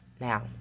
now